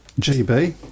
gb